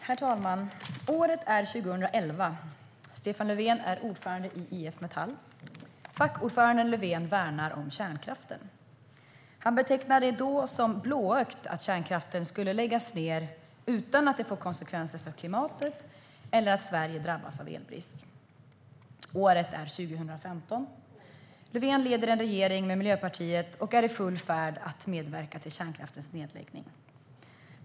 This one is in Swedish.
Herr talman! Året är 2011. Stefan Löfven är ordförande i IF Metall. Fackordföranden Löfven värnar om kärnkraften. Han betecknar det som blåögt att anse att kärnkraften skulle kunna läggas ned utan att det får konsekvenser för klimatet eller att Sverige drabbas av elbrist. Året är 2015. Löfven leder en regering med Miljöpartiet och är i full färd med att medverka till kärnkraftens nedläggning.